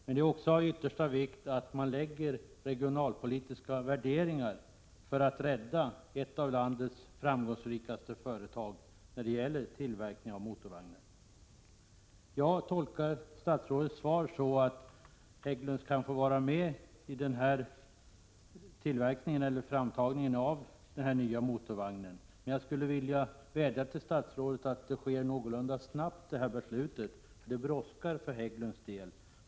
Men det är också av ytterst stor vikt att regionalpolitiska värderingar görs för att rädda ett av landets framgångsrikaste företag när det gäller tillverkning av motorvagnar. Jag tolkar statsrådets svar så, att Hägglunds kan få vara med vid framtagningen av den nya motorvagnen. Men jag vädjar till statsrådet om ett någorlunda snabbt beslut i frågan. Det här brådskar för Hägglunds del.